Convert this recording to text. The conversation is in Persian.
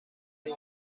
کلی